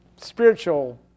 spiritual